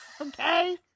Okay